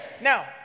Now